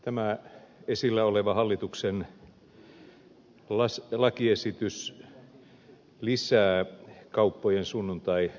tämä esillä oleva hallituksen lakiesitys lisää kauppojen sunnuntaiaukioloaikoja